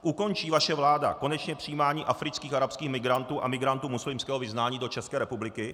Ukončí vaše vláda konečně přijímání afrických a arabských migrantů a migrantů muslimského vyznání do České republiky?